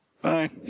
Bye